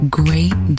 great